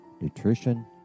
nutrition